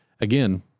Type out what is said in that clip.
Again